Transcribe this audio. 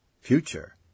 Future